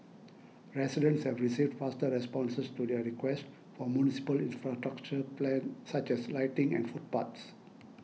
residents have received faster responses to their requests for municipal infrastructure plan such as lighting and footpaths